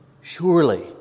surely